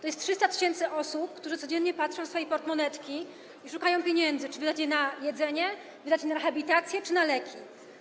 To jest 300 tys. osób, które codziennie patrzą w swoje portmonetki i szukają pieniędzy, czy wydać je na jedzenie, na rehabilitację czy na leki.